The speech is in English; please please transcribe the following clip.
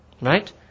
Right